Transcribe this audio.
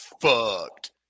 fucked